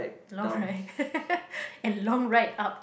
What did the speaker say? long right and long right up